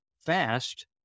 fast